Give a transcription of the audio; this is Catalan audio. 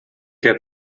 què